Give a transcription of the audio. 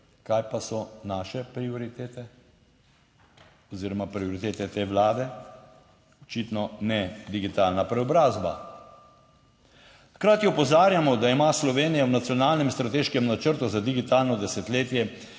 Kaj pa so naše prioritete oziroma prioritete te Vlade? Očitno ne digitalna preobrazba. Hkrati opozarjamo, da ima Slovenija v nacionalnem strateškem načrtu za digitalno desetletje